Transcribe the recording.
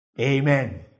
Amen